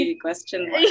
question